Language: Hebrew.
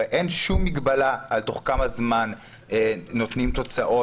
הרי אין שום מגבלה תוך כמה זמן נותנים תוצאות